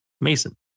Mason